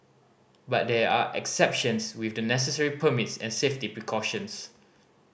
but there are exceptions with the necessary permits and safety precautions